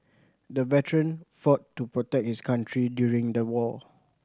the veteran fought to protect his country during the war